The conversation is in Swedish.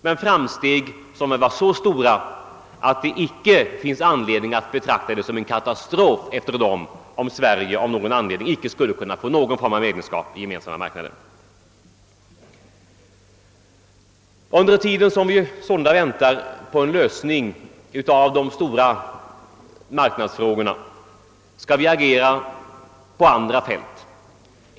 De framstegen är så stora att det inte finns någon anledning att efter dem betrakta det som en katastrof, om Sverige av något skäl inte skulle vinna någon form av medlemskap i Gemensamma marknaden. Medan vi sålunda väntar på en lösning av de stora marknadsfrågorna skall vi agera på andra fält.